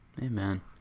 amen